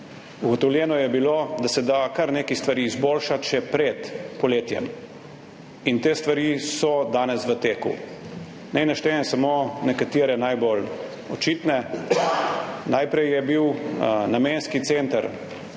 Ugotovljeno je bilo, da se da kar nekaj stvari izboljšati še pred poletjem in te stvari so danes v teku. Naj naštejem samo nekatere najbolj očitne. Najprej je bil namenski center